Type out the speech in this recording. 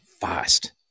fast